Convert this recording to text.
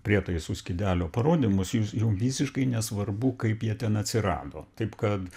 prietaisų skydelio parodymus jus jum visiškai nesvarbu kaip jie ten atsirado taip kad